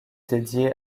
dédiée